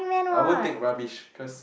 I would take rubbish cause